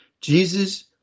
Jesus